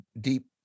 deep